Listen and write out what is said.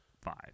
five